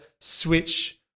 switch